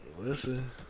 Listen